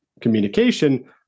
communication